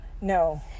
no